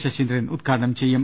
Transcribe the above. ശശീന്ദ്രൻ ഉദ്ഘാടനം ചെയ്യും